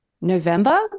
November